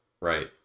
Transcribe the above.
right